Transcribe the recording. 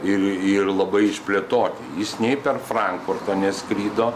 ir ir labai išplėtoti jis nei per frankfurtą neskrido